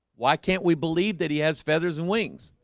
why can't we believe that he has feathers and wings?